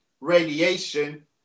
radiation